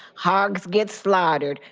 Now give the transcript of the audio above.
hogs get slaughtered.